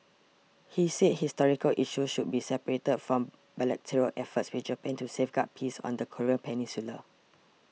he said historical issues should be separated from bilateral efforts with Japan to safeguard peace on the Korean peninsula